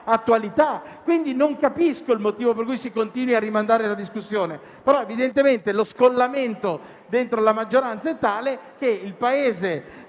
attualità. Non capisco il motivo per cui si continui a rimandare la discussione. Evidentemente lo scollamento dentro la maggioranza è tale che il Paese va